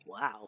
Wow